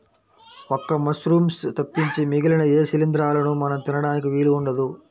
ఒక్క మశ్రూమ్స్ తప్పించి మిగిలిన ఏ శిలీంద్రాలనూ మనం తినడానికి వీలు ఉండదు